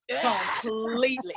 Completely